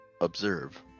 observe